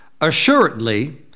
assuredly